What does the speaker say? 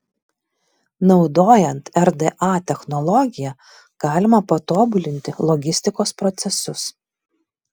naudojant rda technologiją galima patobulinti logistikos procesus